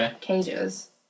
cages